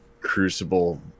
crucible